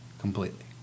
completely